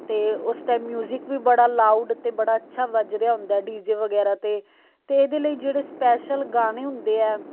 ਅਤੇ ਉਸ time music ਵੀ ਬੜਾ ਲਾਊਡ ਅਤੇ ਬੜਾ ਅੱਛਾ ਵੱਜ ਰਿਹਾ ਹੁੰਦਾ ਡੀ ਜੇ ਵਗੈਰਾ 'ਤੇ ਅਤੇ ਇਹਦੇ ਲਈ ਜਿਹੜੇ ਸਪੈਸ਼ਲ ਗਾਣੇ ਹੁੰਦੇ ਹੈ